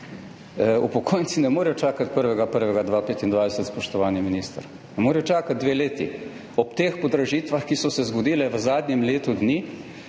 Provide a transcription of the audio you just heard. Upokojenci ne morejo čakati 1. 1. 2025, spoštovani minister. Ne morejo čakati dve leti. Ob teh podražitvah, ki so se zgodile v zadnjem letu dni,